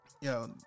Yo